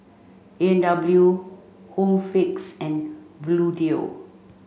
A and W Home Fix and Bluedio